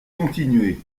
continuer